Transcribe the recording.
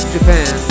Japan